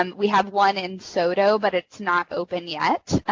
um we have one in sodo, but it's not open yet.